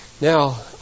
Now